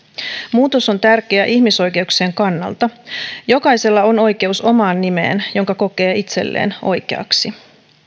muutos on tärkeä ihmisoikeuksien kannalta jokaisella on oikeus omaan nimeen jonka kokee itselleen oikeaksi